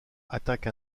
attaque